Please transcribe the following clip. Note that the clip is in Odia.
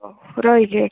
ରହିଲି ଆଜ୍ଞା